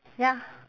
ya